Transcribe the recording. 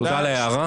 תודה על ההערה?